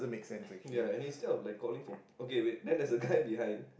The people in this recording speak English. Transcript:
ya and instead of like calling for okay wait man there is a kind behind